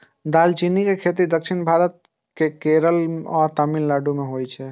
दालचीनी के खेती दक्षिण भारत केर केरल आ तमिलनाडु मे होइ छै